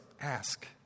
ask